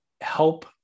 help